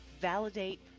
Validate